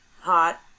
hot